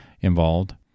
involved